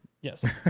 yes